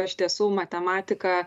iš tiesų matematika